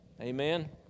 Amen